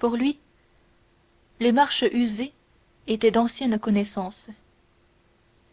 pour lui les marches usées étaient d'anciennes connaissances